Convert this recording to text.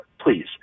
please